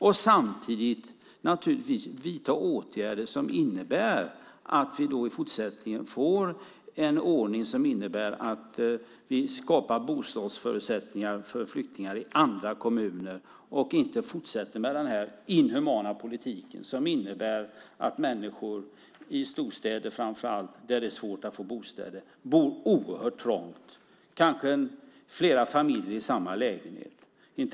Vi skulle samtidigt vidta åtgärder som innebär att vi i fortsättningen får en ordning så att vi skapar bostadsförutsättningar för flyktingar i andra kommuner och inte fortsätter med den inhumana politik som innebär att människor i storstäder, där det är svårt att få bostäder, bor oerhört trångt, kanske flera familjer i samma lägenhet.